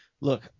Look